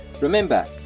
Remember